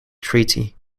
treaty